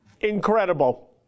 Incredible